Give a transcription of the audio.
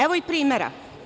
Evo i primera.